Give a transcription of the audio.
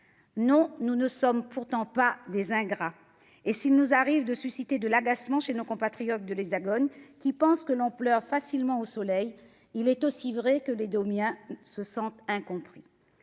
Non, nous ne sommes pourtant pas des ingrats ! S'il leur arrive de susciter de l'agacement chez nos compatriotes de l'Hexagone, qui estiment que l'on pleure facilement au soleil, il est aussi vrai que les Domiens se sentent incompris.